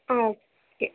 ஆ okay